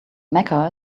mecca